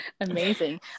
amazing